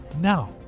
now